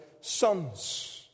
sons